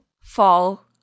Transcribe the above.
fall